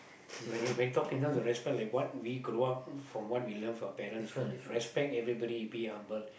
when you when talking in terms respect like what we could what from what we learn from our parents ah respect everybody be humble